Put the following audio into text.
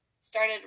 started